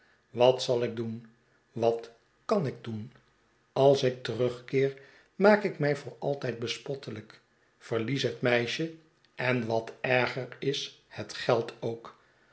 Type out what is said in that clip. wat zal ik doen wat kan ik doen als ik terugkeer maak ik mij voor altijd bespottelijk verlies het meisje en wat erger is het geld ook